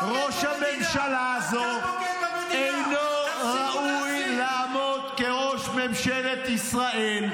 ראש הממשלה הזה אינו ראוי לעמוד כראש ממשלת ישראל.